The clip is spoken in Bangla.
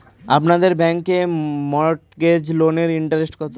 আপনাদের ব্যাংকে মর্টগেজ লোনের ইন্টারেস্ট কত?